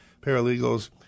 paralegals